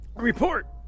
Report